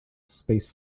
space